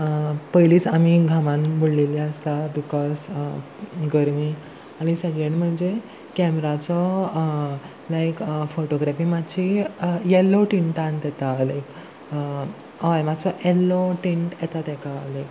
पयलीच आमी घामान बुडलेली आसता बिकॉज गर्मी आनी सेकेंड म्हणजे कॅमराचो लायक फोटोग्राफी मातशी येल्लो टिंटांत येता लायक हय मातसो येल्लो टिंट येता तेका लायक